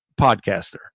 podcaster